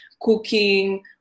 cooking